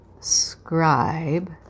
scribe